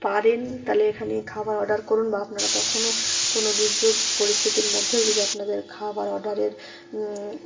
পারেন তাহলে এখানে খাবার অর্ডার করুন বা আপনারা কখনও কোনো দুর্যোগ পরিস্থিতির মধ্যেও যদি আপনাদের খাবার অর্ডারের